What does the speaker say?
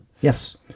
Yes